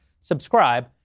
subscribe